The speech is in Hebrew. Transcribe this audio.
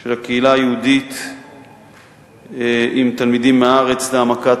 של הקהילה היהודית עם תלמידים מהארץ להעמקת